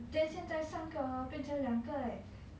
then 现在三个人变成两个人 leh